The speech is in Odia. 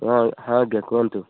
ହଁ ହଁ ଆଜ୍ଞା କୁହନ୍ତୁ